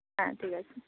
হ্যাঁ ঠিক আছে